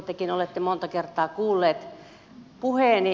tekin olette monta kertaa kuullut puheeni